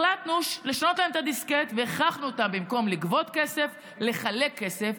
החלטנו לשנות להם את הדיסקט והכרחנו אותם במקום לגבות כסף לחלק כסף,